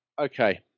Okay